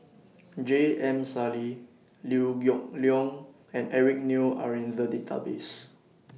J M Sali Liew Geok Leong and Eric Neo Are in The Database